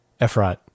Efrat